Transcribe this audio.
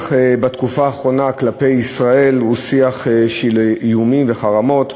בתקופה האחרונה השיח כלפי ישראל הוא שיח של איומים וחרמות,